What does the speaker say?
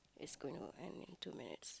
is going to end is two minutes